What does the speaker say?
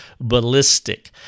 ballistic